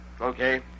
Okay